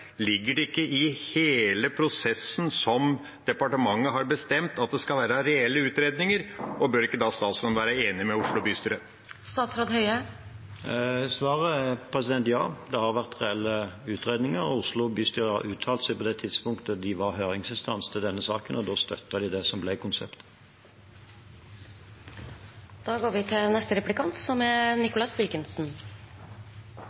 Ligger det ikke i hele prosessen som departementet har bestemt, at det skal være reelle utredninger? Og bør ikke da statsråden være enig med Oslo bystyre? Svaret er ja. Det har vært reelle utredninger, og Oslo bystyre har uttalt seg på det tidspunktet da de var høringsinstans i denne saken – og da støttet de det som ble konseptet. Jeg er bekymret, og jeg bruker ordet «smittetårnet», og det gjelder ikke luften – det er